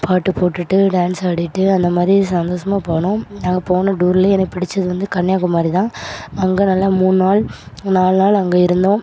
பாட்டு போட்டுகிட்டு டான்ஸ் ஆடிகிட்டு அந்த மாதிரி சந்தோஸமாக போனோம் நாங்கள் போன டூர்லேயே எனக்கு பிடித்தது வந்து கன்னியாகுமரி தான் அங்கே நல்லா மூணு நாள் நாலு நாள் அங்கே இருந்தோம்